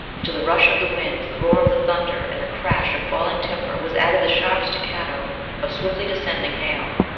and to the rush of the wind, the roar of the thunder, and the crash of falling timber was added the sharp staccato of swiftly descending hail.